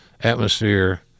atmosphere